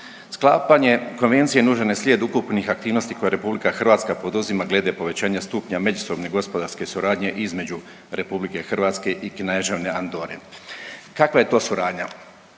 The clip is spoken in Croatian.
Sklapanje Konvencije nužan je slijed ukupnih aktivnosti koje RH poduzima glede povećanja stupnja međusobne gospodarske suradnje između RH i Kneževine Andore. Kakva je to suradnja?